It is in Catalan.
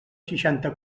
seixanta